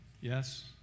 Yes